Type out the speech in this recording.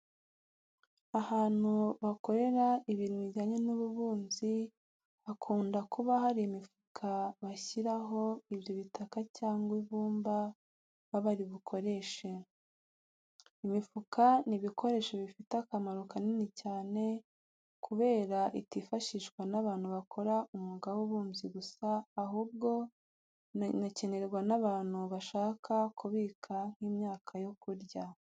Ahantu bakorera ibintu bijyanye n'ububumbyi hakunda kuba hari imifuka bashyiraho ibyo bitaka cyangwa ibumba baba bari bukoreshe. Imifuka ni ibikoresho bifite akamaro kanini cyane kubera itifashishwa n'abantu bakora umwuga w'ububumbyi gusa, ahubwo inakenerwa n'abantu bashaka kubika nk'imyaka yo kurya.